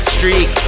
Streak